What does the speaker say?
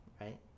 right